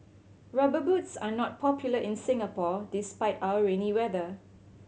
Rubber Boots are not popular in Singapore despite our rainy weather